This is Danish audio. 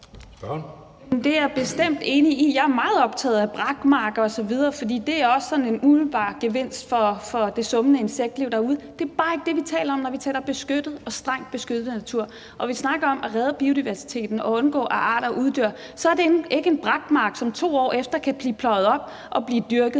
Det er jeg bestemt enig i. Jeg er meget optaget af brakmarker osv., for det er også sådan en umiddelbar gevinst for det summende insektliv derude. Det er bare ikke det, vi taler om, når vi taler om beskyttet og strengt beskyttet natur. Og når vi snakker om at redde biodiversiteten og undgå, at arter uddør, er det ikke en brakmark, som 2 år efter kan blive pløjet op; så er det